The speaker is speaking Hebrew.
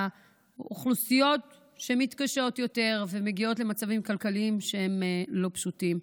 האוכלוסיות שמתקשות יותר ומגיעות למצבים כלכליים שהם לא פשוטים.